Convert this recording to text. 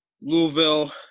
Louisville